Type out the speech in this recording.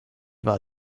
war